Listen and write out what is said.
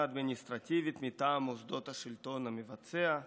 אדמיניסטרטיבית מטעם השלטון המבצע,